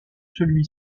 celui